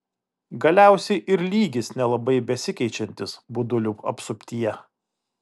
galiausiai ir lygis nelabai besikeičiantis budulių apsuptyje